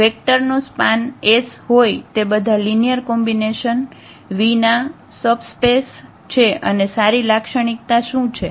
vector નો span હોય તે બધા લિનિયર કોમ્બિનેશન V ના સબસ્પેસ છે અને સારી લાક્ષણિકતા શું છે